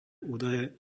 údaje